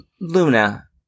Luna